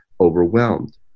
overwhelmed